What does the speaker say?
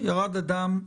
ירד אדם,